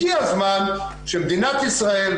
הגיע הזמן שמדינת ישראל,